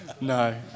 No